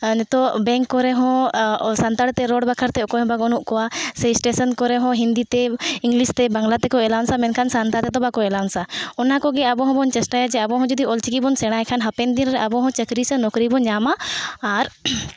ᱱᱤᱛᱚᱜ ᱵᱮᱝᱠ ᱠᱚᱨᱮ ᱦᱚᱸ ᱥᱟᱱᱛᱟᱲᱤ ᱛᱮ ᱨᱚᱲ ᱵᱟᱠᱷᱨᱟᱛᱮ ᱚᱠᱚᱭ ᱦᱚᱸ ᱵᱟᱹᱱᱩᱜ ᱠᱚᱣᱟ ᱥᱮ ᱥᱴᱮᱥᱚᱱ ᱠᱚᱨᱮ ᱦᱚᱸ ᱦᱤᱱᱫᱤ ᱛᱮ ᱤᱝᱞᱤᱥ ᱛᱮ ᱵᱟᱝᱞᱟ ᱛᱮᱠᱚ ᱮᱞᱟᱣᱩᱱᱥᱼᱟ ᱢᱮᱱᱠᱷᱟᱱ ᱥᱟᱱᱛᱟᱲᱤ ᱛᱮ ᱵᱟᱠᱚ ᱮᱞᱟᱣᱩᱱᱥᱼᱟ ᱚᱱᱟ ᱠᱚᱜᱮ ᱟᱵᱚ ᱦᱚᱸᱵᱚᱱ ᱪᱮᱥᱴᱟᱭᱟ ᱟᱵᱚ ᱦᱚᱸ ᱡᱩᱫᱤ ᱚᱞ ᱪᱤᱠᱤ ᱵᱚᱱ ᱥᱮᱬᱟᱭ ᱠᱷᱟᱱ ᱦᱟᱯᱮᱱ ᱫᱤᱱᱨᱮ ᱟᱵᱚᱦᱚᱸ ᱱᱚᱠᱨᱤ ᱥᱮ ᱪᱟᱹᱠᱨᱤ ᱵᱚᱱ ᱧᱟᱢᱟ ᱟᱨ